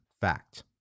fact